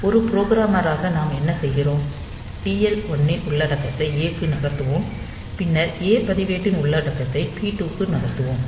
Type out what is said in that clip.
எனவே ஒரு புரோகிராமராக நாம் என்ன செய்கிறோம் TL 1 இன் உள்ளடக்கத்தை A க்கு நகர்த்துவோம் பின்னர் ஏ பதிவேட்டின் உள்ளடக்கத்தை P2 க்கு நகர்த்துவோம்